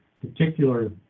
particular